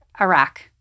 Iraq